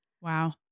Wow